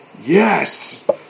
yes